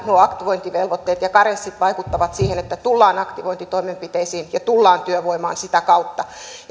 nuo aktivointivelvoitteet ja karenssit vaikuttavat siten että tullaan aktivointitoimenpiteisiin ja tullaan työvoimaan sitä kautta